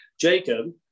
Jacob